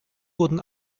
wurden